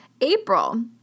April